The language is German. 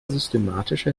systematische